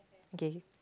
gay